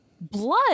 Blood